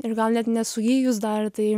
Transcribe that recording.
ir gal net nesugijus dar tai